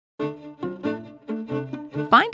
Find